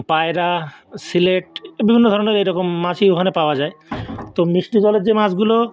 পায়রা সিলেট বিভিন্ন ধরনের এরকম মাছই ওখানে পাওয়া যায় তো মিষ্টি জলের যে মাছগুলো